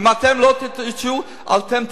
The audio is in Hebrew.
אם אתם לא תתעשתו, אתם תרדו,